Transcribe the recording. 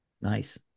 nice